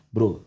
Bro